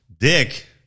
Dick